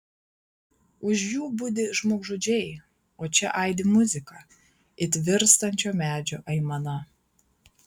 už jų budi žmogžudžiai o čia aidi muzika it virstančio medžio aimana